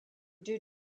due